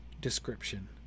description